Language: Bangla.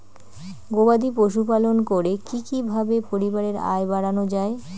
গবাদি পশু পালন করে কি কিভাবে পরিবারের আয় বাড়ানো যায়?